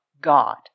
God